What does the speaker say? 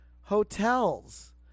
hotels